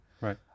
Right